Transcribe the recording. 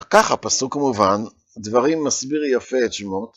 ככה פסוק מובן, דברים מסביר יפה את שמות